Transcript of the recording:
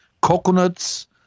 coconuts